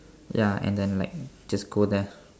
ya and then like just go there